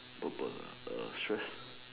purple lah err stress